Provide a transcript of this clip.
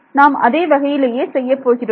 நாம் அதே வகையிலேயே செய்யப்போகிறோம்